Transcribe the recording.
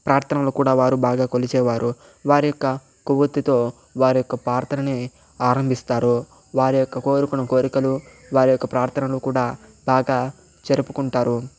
ప్రార్థనలు కూడా వారు బాగా కొలిచేవారు వారి యొక్క కొవ్వొత్తితో వారి యొక్క ప్రార్థనని ఆరంభిస్తారు వారి యొక్క కోరుకున్న కోరికలు వారి యొక్క ప్రార్థనలు కూడా బాగా జరుపుకుంటారు